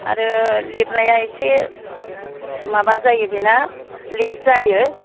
आरो लिरनाया एसे माबा जायो बेना लेथ जायो